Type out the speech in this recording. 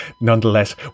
Nonetheless